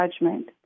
judgment